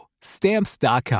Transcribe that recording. Stamps.com